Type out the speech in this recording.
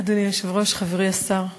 אדוני היושב-ראש, חברי השר,